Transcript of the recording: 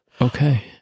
Okay